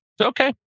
okay